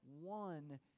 one